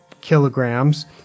kilograms